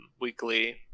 weekly